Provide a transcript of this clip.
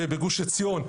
בגוש עציון,